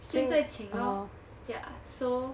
现在请 lor ya so